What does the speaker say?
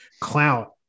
clout